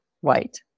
White